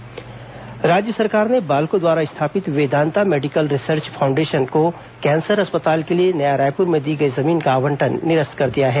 बालको आवंटन निरस्त राज्य सरकार ने बालको द्वारा स्थापित वेदांता मेडिकल रिसर्च फाउंडेशन को कैंसर अस्पताल के लिए नया रायपुर में दी गई जमीन का आवंटन निरस्त कर दिया है